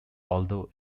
although